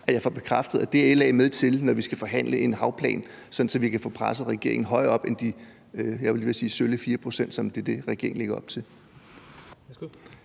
gik på, bekræfter, at det er LA med til, når vi skal forhandle en havplan, så vi kan få presset regeringen til mere end de sølle – var jeg lige ved at sige